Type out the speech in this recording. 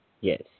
Yes